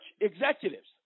executives